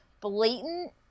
blatant